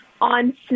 on